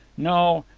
no,